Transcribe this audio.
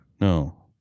No